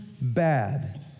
bad